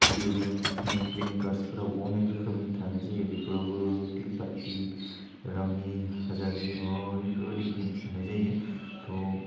भिदिअ गेमनि प्लेइं कार्डसफोरावबो अनेक रोखोमनि थानाय जायो बेफोरावबो थिन फाथि रामि हाजारि माबा माबि बिफोरबायदि गेमस थानाय जायो थह